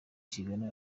kigana